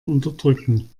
unterdrücken